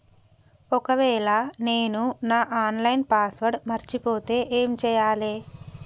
ఒకవేళ నేను నా ఆన్ లైన్ పాస్వర్డ్ మర్చిపోతే ఏం చేయాలే?